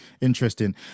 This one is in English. Interesting